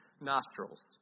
nostrils